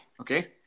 okay